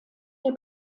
der